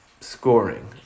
scoring